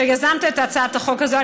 שיזמת את הצעת החוק הזאת.